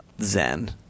zen